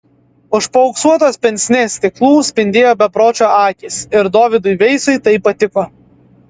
už paauksuotos pensnė stiklų spindėjo bepročio akys ir dovydui veisui tai patiko